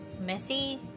Messy